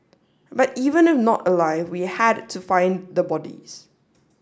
but even if not alive we had to find the bodies